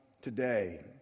today